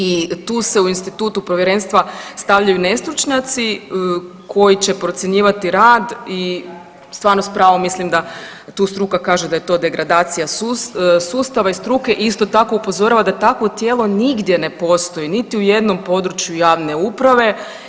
I tu se u institutu povjerenstva stavljaju nestručnjaci koji će procjenjivati rad i stvarno s pravom mislim da tu struka kaže da je to degradacija sustava i struke i isto tako upozorava da takovo tijelo nigdje ne postoji, niti u jednom području javne uprave.